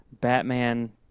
batman